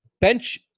bench